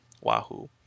Wahoo